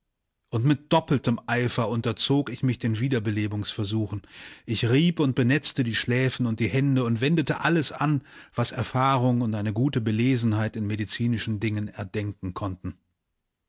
und mit doppeltem eifer unterzog ich mich den wiederbelebungsversuchen ich rieb und benetzte die schläfen und die hände und wendete alles an was erfahrung und eine gute belesenheit in medizinischen dingen erdenken konnten